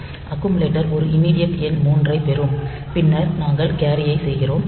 accumulator ஒரு immediate எண் 3 ஐப் பெறும் பின்னர் நாங்கள் கேரியை செய்கிறோம்